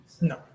No